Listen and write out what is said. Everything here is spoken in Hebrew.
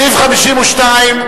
סעיף 52,